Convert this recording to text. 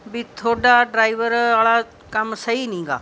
ਵੀ ਤੁਹਾਡਾ ਡਰਾਈਵਰ ਵਾਲਾ ਕੰਮ ਸਹੀ ਨਹੀਂ ਗਾ